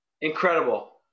incredible